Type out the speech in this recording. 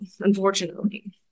unfortunately